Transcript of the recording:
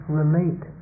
relate